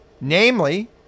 namely